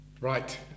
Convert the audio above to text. right